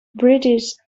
british